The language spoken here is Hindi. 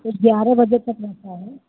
तो ग्यारह बजे तक रहता है